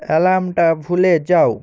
অ্যালার্মটা ভুলে যাও